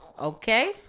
okay